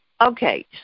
Okay